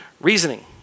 reasoning